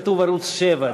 כתוב: ערוץ 7,